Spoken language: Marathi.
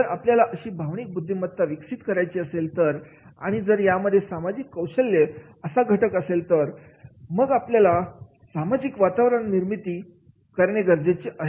जर आपल्याला अशी भावनिक बुद्धिमत्ता विकसित करायची असेल तर आणि जर यामध्ये सामाजिक कौशल्य असा घटक असेल तर मग आपल्याला सामाजिक वातावरण निर्मिती करणे गरजेचे आहे